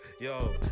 Yo